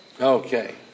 Okay